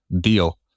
deal